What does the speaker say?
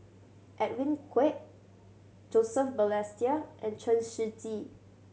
Edwin Koek Joseph Balestier and Chen Shiji